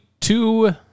two